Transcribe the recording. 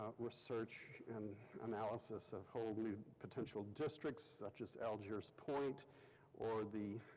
research and analysis of whole new potential districts, such as algiers point or the